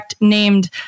named